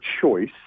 choice